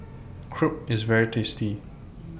Crepe IS very tasty